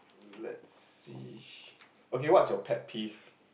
let's see okay what's your pet peeve